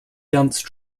dance